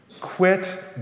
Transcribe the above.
Quit